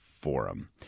Forum